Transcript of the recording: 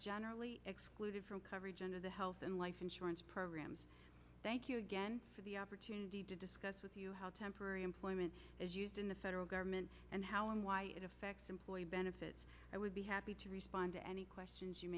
generally excluded from coverage under the health and life insurance programs thank you again for the opportunity to discuss with you how temporary employment is used in the federal government and how and why it affects employee benefits i would be happy to respond to any questions you